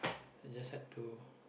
it's just sad to